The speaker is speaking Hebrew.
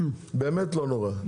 באמת לא נורא,